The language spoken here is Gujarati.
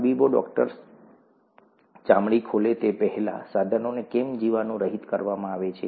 તબીબી ડૉક્ટર ચામડી ખોલે તે પહેલાં સાધનોને કેમ જીવાણુરહિત કરવામાં આવે છે